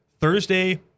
Thursday